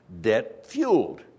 Debt-fueled